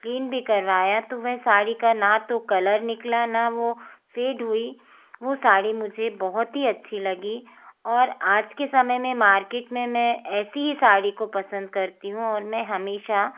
clean भी करवाया तो वह साड़ी का ना तो कलर निकला ना वो फ़ीड हुई वो साड़ी मुझे बहुत ही अच्छी लगी और आज के समय में मार्केट में मैं ऐसी ही साड़ी को पसंद करती हूँ और मैं हमेशा